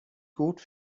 gut